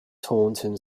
taunton